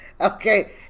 Okay